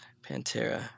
Pantera